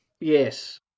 Yes